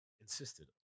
insisted